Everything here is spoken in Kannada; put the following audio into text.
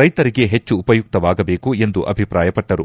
ರೈತರಿಗೆ ಹೆಚ್ಚು ಉಪಯುಕ್ತವಾಗಬೇಕು ಎಂದು ಅಭಿಪ್ರಾಯಪಟ್ಟರು